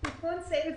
סעיף 1 תיקון סעיף